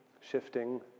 shifting